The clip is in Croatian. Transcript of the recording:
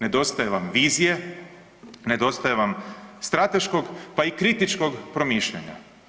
Nedostaje vam vizije, nedostaje vam strateškog pa i kritičkog promišljanja.